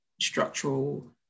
structural